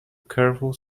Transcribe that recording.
careful